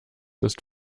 ist